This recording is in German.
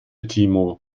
timo